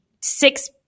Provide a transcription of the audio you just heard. six